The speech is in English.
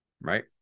Right